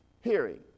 hearing